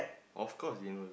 of course they know